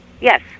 Yes